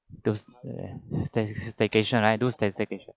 those stay~ staycation right those staycation